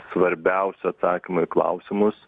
svarbiausio atsakymo į klausimus